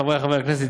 חברי חברי הכנסת,